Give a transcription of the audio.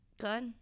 good